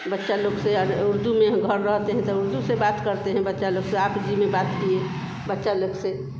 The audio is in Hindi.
बच्चे लोग से उर्दू में घर रहते हैं तो उर्दू से बात करते हैं बच्चे लोग से आप में बात किए बच्चे लोग से